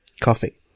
coffee